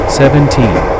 seventeen